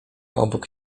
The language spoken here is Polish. obok